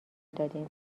دادیم